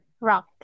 rock